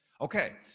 Okay